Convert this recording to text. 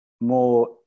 more